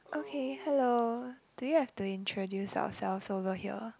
okay hello do we have to introduce ourselves over here